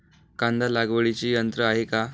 कांदा लागवडीचे यंत्र आहे का?